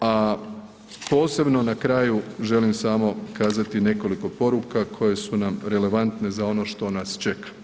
a posebno na kraju želim samo kazati nekoliko poruka koje su na relevantne za ono što nas čeka.